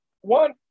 one